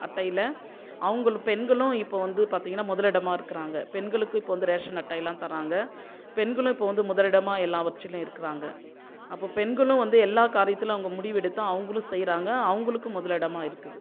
அட்டையில் அவங்களும் பெண்களும் இப்போ வந்து பார்த்தீங்கன்னா முதலிடமா இருக்கிறாங்க பெண்களுக்கு இப்போ வந்து ரேஷன் அட்டை எல்லாம் தராங்க பெண்களும் இப்போ வந்து முதலிடமாக எல்லாவற்றிலும் இருக்கிறாங்க அப்போ பெண்களும் வந்து எல்லா காரியத்திலும் அவங்க முடிவு எடுத்து அவங்களும் செய்கிறாங்க அவங்களுக்கும் முதலிடமாக இருக்குது